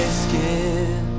skin